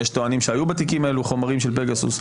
יש טוענים שהיו בתיקים האלה חומרים של פגסוס.